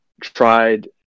tried